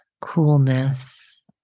coolness